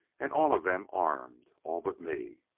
and all of them armed all but me!